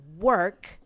work